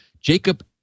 Jacob